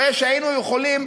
הרי שהיינו יכולים,